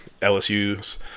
LSU's